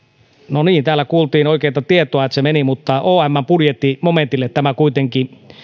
no niin täällä kuultiin oikeata tietoa että se meni mutta omn budjettimomentille tämä kuitenkin